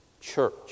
church